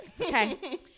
okay